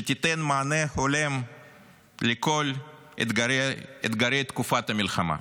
שתיתן מענה הולם לכל אתגרי תקופת המלחמה,